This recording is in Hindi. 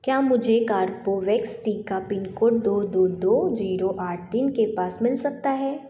क्या मुझे कार्बोवेक्स टीका पिन कोड दो दो दो जीरो आठ तीन के पास मिल सकता है